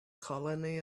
colony